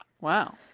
Wow